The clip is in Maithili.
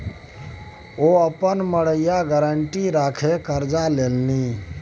ओ अपन मड़ैया गारंटी राखिकए करजा लेलनि